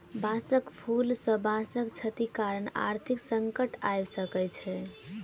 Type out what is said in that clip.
बांसक फूल सॅ बांसक क्षति कारण आर्थिक संकट आइब सकै छै